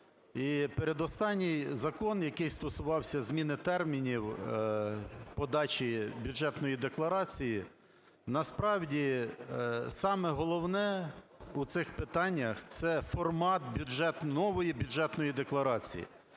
передостанній закон, який стосувався зміни термінів подачі бюджетної декларації, насправді саме головне в цих питаннях – це формат нової бюджетної декларації.